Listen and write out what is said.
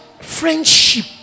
friendship